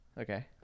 Okay